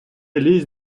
лізь